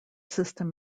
system